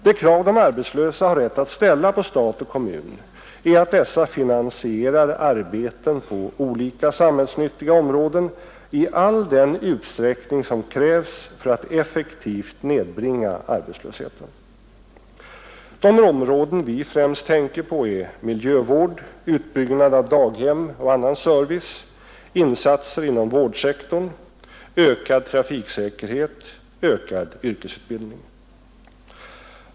Det krav de arbetslösa har rätt att ställa på stat och kommun är att dessa finansierar arbeten på olika samhällsnyttiga områden i all den utsträckning som krävs för att effektivt nedbringa arbetslösheten. De områden vi främst tänker på är miljövård, utbyggnad av daghem och annan service, insatser inom vårdsektorn, ökad trafiksäkerhet och ökad yrkesutbildning.